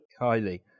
Kylie